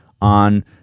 on